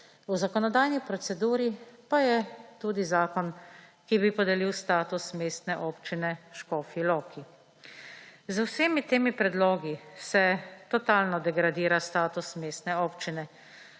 V zakonodajni proceduri pa je tudi zakon, ki bi podelil status mestne občine Škofji Loki. Z vsemi temi predlogi se totalno degradira status mestne občine.